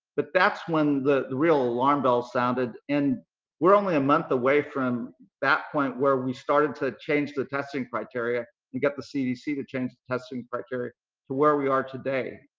but that's when the real alarm bells sounded and we're only a month away from that point where we started to change the testing criteria and get the cdc to change the testing criteria to where we are today.